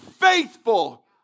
faithful